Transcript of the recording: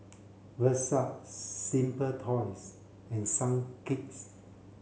Versace Simple Toys and Sunquick